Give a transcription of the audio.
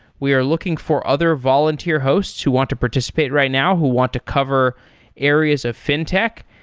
we are looking for other volunteer hosts who want to participate right now who want to cover areas of fintech.